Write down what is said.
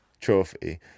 trophy